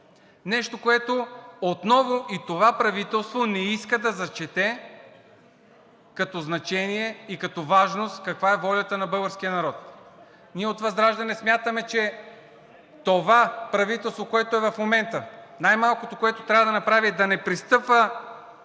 Нещо, което отново и това правителство не иска да зачете като значение и като важност – каква е волята на българския народ. Ние от ВЪЗРАЖДАНЕ смятаме, че това правителство, което е в момента, най-малкото, което трябва да направи, е да не пристъпва